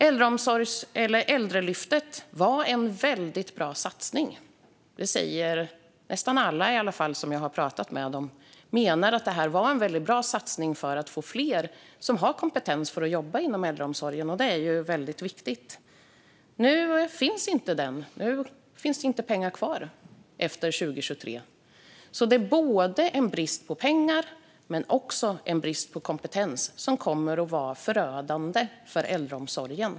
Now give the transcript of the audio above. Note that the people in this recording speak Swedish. Äldreomsorgslyftet var en väldigt bra satsning. Det säger i alla fall nästan alla som jag har pratat med. De menar att det var en bra satsning för att få fler som har kompetens att jobba inom äldreomsorgen, vilket är väldigt viktigt. Efter 2023 finns det inga pengar kvar till den. Det är alltså brist på både pengar och kompetens. Det kommer att vara förödande för äldreomsorgen.